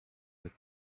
with